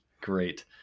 Great